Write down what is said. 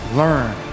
learn